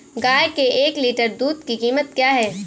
गाय के एक लीटर दूध की कीमत क्या है?